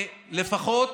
ואני מאמין שלפחות